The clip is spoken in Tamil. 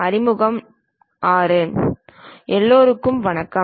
அறிமுகம் VI எல்லோருக்கும் வணக்கம்